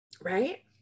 Right